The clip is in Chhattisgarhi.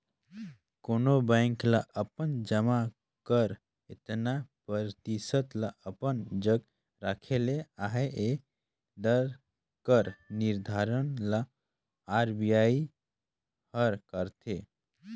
कोनो बेंक ल अपन जमा कर एतना परतिसत ल अपन जग राखे ले अहे ए दर कर निरधारन ल आर.बी.आई हर करथे